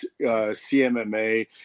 CMMA